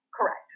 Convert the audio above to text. Correct